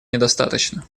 недостаточно